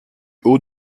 haut